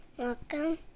Welcome